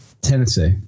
Tennessee